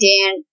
Dan